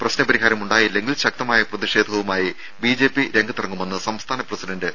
പ്രശ്ന പരിഹാമുണ്ടായില്ലെങ്കിൽ ശക്തമായ പ്രതിഷേധവുമായി ബിജെപി രംഗത്തിറങ്ങുമെന്ന് സംസ്ഥാന പ്രസിഡന്റ് കെ